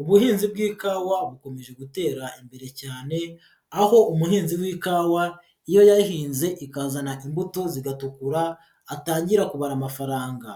Ubuhinzi bw'ikawa bukomeje gutera imbere cyane, aho umunhinzi w'ikawa iyo yahinze ikazana imbuto zigatukura atangira kubara amafaranga,